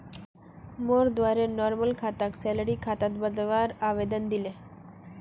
मोर द्वारे नॉर्मल खाताक सैलरी खातात बदलवार आवेदन दिले